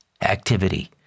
activity